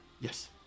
Yes